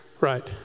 Right